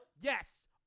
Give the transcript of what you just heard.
Yes